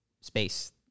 space